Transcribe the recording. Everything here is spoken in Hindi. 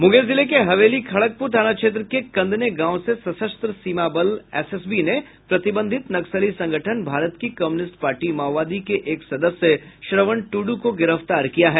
मूंगेर जिले के हवेली खड़गपूर थाना क्षेत्र के कंदने गांव से सशस्त्र सीमा बल एसएसबी ने प्रतिबंधित नक्सली संगठन भारत की कम्युनिस्ट पार्टी माओवादी के एक सदस्य श्रवण टुडु को गिरफ्तार किया है